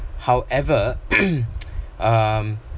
however um